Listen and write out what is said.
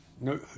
No